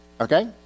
okay